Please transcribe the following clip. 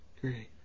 Great